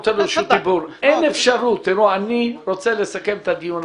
אני רוצה לסכם את הדיון.